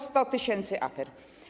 100 tys. afer.